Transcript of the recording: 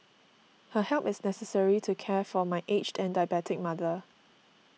her help is necessary to care for my aged and diabetic mother